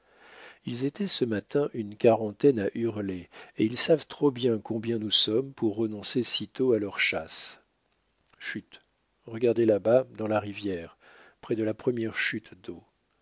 ils étaient ce matin une quarantaine à hurler et ils savent trop bien combien nous sommes pour renoncer si tôt à leur chasse chut regardez làbas dans la rivière près de la première chute d'eau